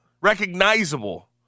recognizable